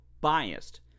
biased